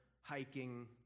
hiking